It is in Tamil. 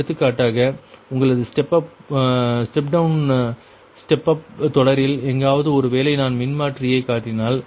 எடுத்துக்காட்டாக உங்களது ஸ்டெப் டவுன் ஸ்டெப் அப் தொடரில் எங்காவது ஒருவேளை நான் மின்மாற்றியை காட்டினால்